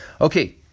Okay